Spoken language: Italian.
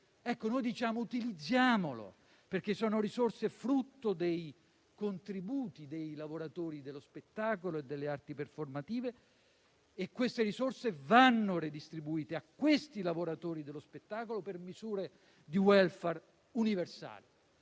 utilizziamo! Perché sono risorse frutto dei contributi dei lavoratori dello spettacolo e delle arti performative; queste risorse vanno redistribuite ai lavoratori dello spettacolo in termini di misure di *welfare* universali.